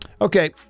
Okay